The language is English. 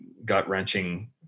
gut-wrenching